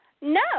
No